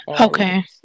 Okay